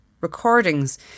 recordings